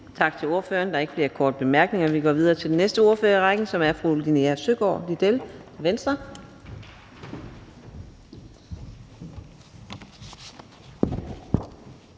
Tak til ordføreren. Der er ikke flere korte bemærkninger, så vi går videre til den næste ordfører i rækken, som er fru Rosa Eriksen fra